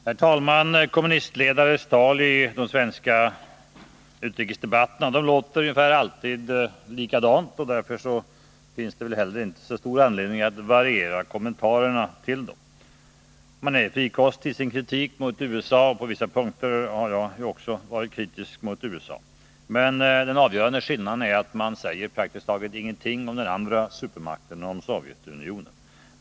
Herr talman! Kommunistledares tal i de svenska utrikesdebatterna låter alltid ungefär likadant, varför det inte finns så stor anledning att variera kommentarerna till dem heller. Man är frikostig i sin kritik mot USA, och på vissa punkter har ju också jag varit kritisk mot USA. Men man säger praktiskt taget inte någonting om den andra supermakten, om Sovjetunionen.